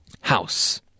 House